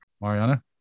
Mariana